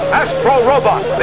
astro-robot